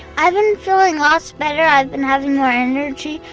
i've been feeling lots better, i've been having more energy,